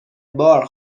بار